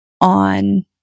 on